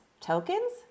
Tokens